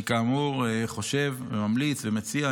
אני כאמור חושב וממליץ ומציע,